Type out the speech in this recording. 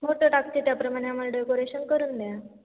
photo टाकते त्याप्रमाणे आम्हाला डेकोरेशन करून द्या